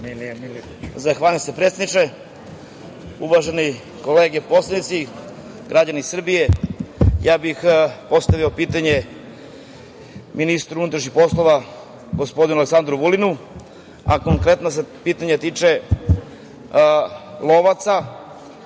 Zahvaljujem se predsedniče. Uvaženi kolege poslanici, građani Srbije, ja bih postavio pitanje MUP-a gospodinu Aleksandru Vulinu, a konkretno se pitanje tiče lovaca.